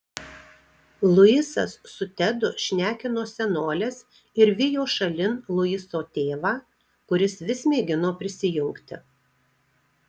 luisas su tedu šnekino senoles ir vijo šalin luiso tėvą kuris vis mėgino prisijungti